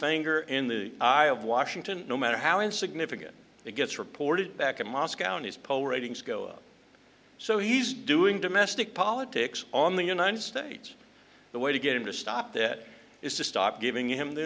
finger in the eye of washington no matter how insignificant it gets reported back in moscow and his poll ratings go up so he's doing domestic politics on the united states the way to get him to stop that is to stop giving him the